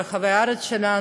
ברחבי הארץ שלנו.